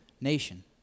nation